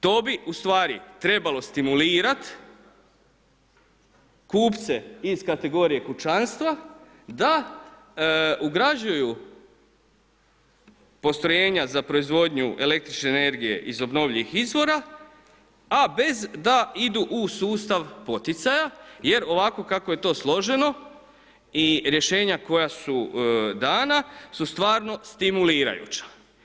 To bi ustvari trebalo stimulirati kupce iz kategorije kućanstva da ugrađuju postrojenja za proizvodnju električne energije iz obnovljivih izvora, a bez da idu u sustav poticaja jer ovako kako je to složeno i rješenja koja su dana su stvarno stimulirajuća.